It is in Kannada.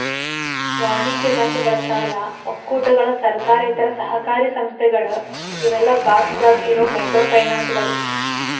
ವಾಣಿಜ್ಯ ಬ್ಯಾಂಕುಗಳ ಸಾಲ ಒಕ್ಕೂಟಗಳ ಸರ್ಕಾರೇತರ ಸಹಕಾರಿ ಸಂಸ್ಥೆಗಳ ಇವೆಲ್ಲಾ ಭಾರತದಾಗ ಇರೋ ಮೈಕ್ರೋಫೈನಾನ್ಸ್ಗಳು